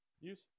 Use